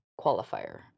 qualifier